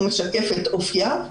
הוא משקף את אופייה.